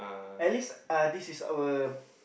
at least uh is this our